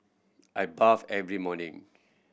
I bath every morning